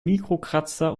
mikrokratzer